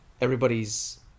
everybody's